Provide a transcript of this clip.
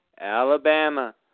Alabama